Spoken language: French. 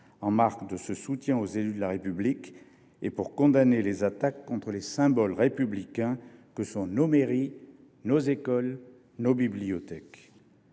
marquer notre soutien aux élus de la République et pour condamner les attaques contre les symboles républicains que sont nos mairies, nos écoles ou nos bibliothèques.